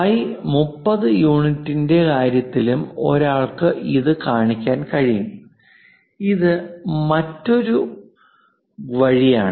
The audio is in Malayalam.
ഫൈ 30 യൂണിറ്റിന്റെ കാര്യത്തിലും ഒരാൾക്ക് ഇത് കാണിക്കാൻ കഴിയും ഇത് മറ്റൊരു വഴിയാണ്